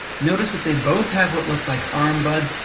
notice that they both have what look like arm buds,